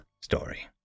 story